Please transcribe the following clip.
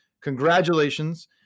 congratulations